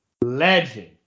legend